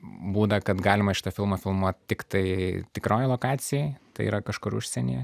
būdą kad galima šitą filmą filmuot tiktai tikroj lokacijoj tai yra kažkur užsienyje